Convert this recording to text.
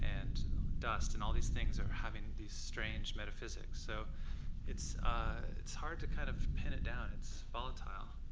and the dust. and all these things are having these strange metaphysics. so it's ah it's hard to kind of pin it down. it's volatile.